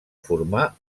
formar